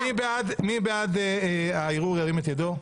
מי בעד הערעור - ירים את ידו.